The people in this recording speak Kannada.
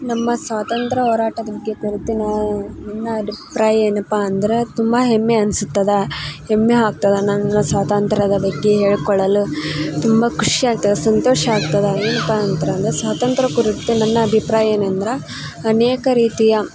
ನಮ್ಮ ಸ್ವಾತಂತ್ರ್ಯ ಹೋರಾಟದ ಬಗ್ಗೆ ಕುರಿತು ನಾವು ನನ್ನ ಅಭಿಪ್ರಾಯ ಏನಪ್ಪಾ ಅಂದರೆ ತುಂಬ ಹೆಮ್ಮೆ ಅನ್ಸತ್ತದಾ ಹೆಮ್ಮೆ ಆಗ್ತದ ನನ್ನ ಸ್ವಾತಂತ್ರ್ಯದ ಬಗ್ಗೆ ಹೇಳ್ಕೊಳ್ಳಲು ತುಂಬಾ ಖುಷ್ಯಾಗ್ತದ ಸಂತೋಷ ಆಗ್ತದ ಏನಪ್ಪಾ ಅಂತ್ರಂದರ ಸ್ವಾತಂತ್ರ್ಯ ಕುರಿತು ನನ್ನ ಅಭಿಪ್ರಾಯ ಏನಂದರ ಅನೇಕ ರೀತಿಯ